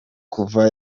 kuva